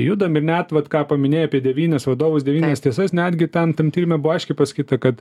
judam ir net vat ką paminėjai apie devynis vadovus devynias tiesas netgi ten tam tyrime buvo aiškiai pasakyta kad